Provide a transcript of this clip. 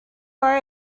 are